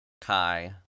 Kai